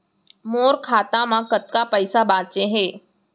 मोर खाता मा कतका पइसा बांचे हे?